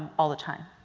all the time.